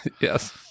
Yes